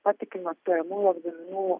patikimas stojamųjų egzaminų